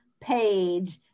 page